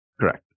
Correct